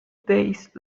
days